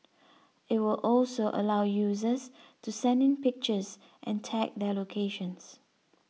it would also allow users to send in pictures and tag their locations